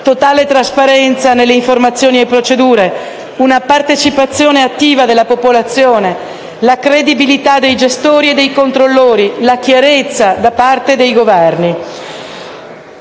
totale trasparenza nelle informazioni e nelle procedure, una partecipazione attiva della popolazione, la credibilità dei gestori e dei controllori, la chiarezza da parte dei Governi.